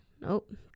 Nope